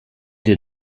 did